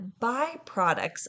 byproducts